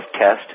test